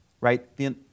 right